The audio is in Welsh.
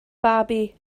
babi